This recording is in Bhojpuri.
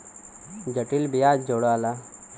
जटिल बियाज जोड़ाला